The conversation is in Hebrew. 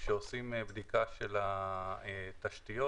כשעושים בדיקה של התשתיות,